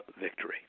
victory